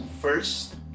first